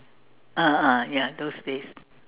ah ah ya those days